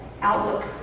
outlook